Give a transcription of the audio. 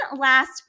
last